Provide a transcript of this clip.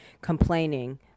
complaining